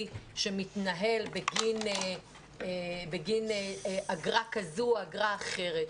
שמתנהל בגין אגרה כזו או אגרה אחרת.